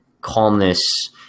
calmness